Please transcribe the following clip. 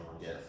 Yes